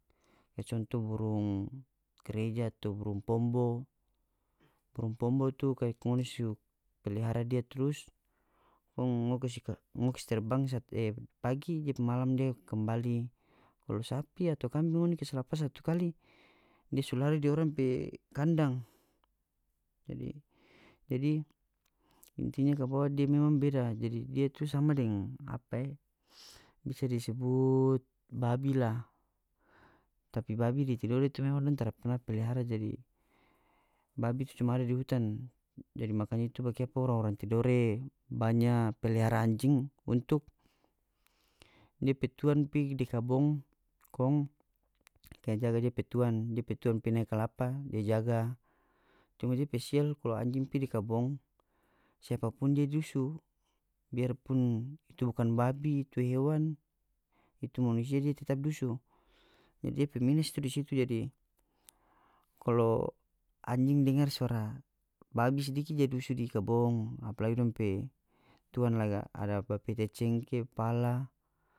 Kaya contoh burung gereja atau burung pombo burung pombo tu kaya kong ngoni so pelihara dia trus kong mau kasi ka ngoni kasi terbang satu e pagi dia pe malam dia kembali kalu sapi atau kambing ngoni kas lapas satu kali dia su lari di orang pe kandang jadi jadi intinya kabawa dia memang beda jadi dia tu sama deng apa e bisa disebut babi lah tapi babi di tidore tu memang dong tara pernah pelihara jadi babi itu cuma ada di hutan jadi makanya itu bakiapa orang-orang tidore banya pelihar anjing untuk depe tuang pigi di kabong kong kaya jaga depe tuang depe tuang pi nae kalapa dia jaga cuma dia pe sial kalu anjing pi di kabong siapa pun dia dusu biar pun itu bukan babi itu hewan itu manusia dia tetap dusu jadi dia pe mines tu di situ jadi kalo anjing dengar suara babi sadiki dia dusu di kabong apalagi dong pe tuan ada apa ba pete cengke pala.